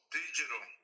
digital